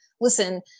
Listen